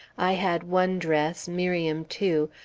i had one dress, miriam two,